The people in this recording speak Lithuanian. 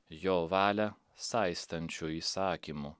jo valią saistančiu įsakymu